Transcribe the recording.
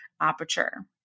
aperture